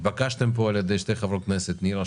התבקשתם כאן על ידי שתי חברות כנסת נירה